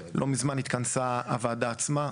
לא מזמן התכנסה הוועדה עצמה,